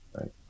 right